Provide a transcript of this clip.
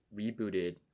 rebooted